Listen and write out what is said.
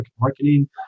marketing